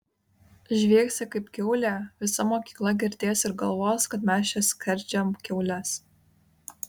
žviegsi kaip kiaulė visa mokykla girdės ir galvos kad mes čia skerdžiam kiaules